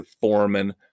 foreman